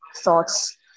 thoughts